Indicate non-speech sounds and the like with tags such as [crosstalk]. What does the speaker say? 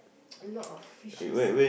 [noise] a lot of fishes ah